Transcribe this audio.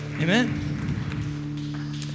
Amen